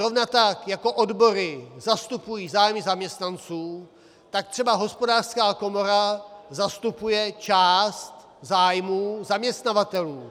A zrovna tak jako odbory zastupují zájmy zaměstnanců, tak třeba Hospodářská komora zastupuje část zájmů zaměstnavatelů.